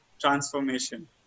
transformation